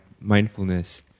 mindfulness